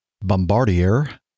bombardier